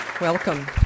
Welcome